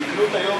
המקלוט היום,